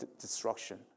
destruction